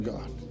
God